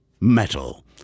Metal